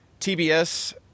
TBS